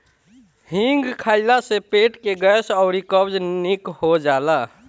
हिंग खइला से पेट के गैस अउरी कब्ज निक हो जाला